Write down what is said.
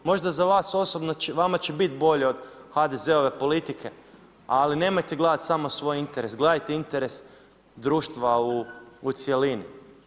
Možda za vas osobno, vama će biti bolje od HDZ-ove politike, ali nemojte gledati samo svoj interes, gledajte interes društva u cjelini.